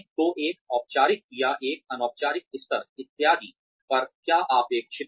तो एक औपचारिक या एक अनौपचारिक स्तर इत्यादि पर क्या अपेक्षित है